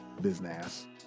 business